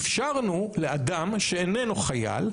אפשרנו לאדם שאיננו חייל,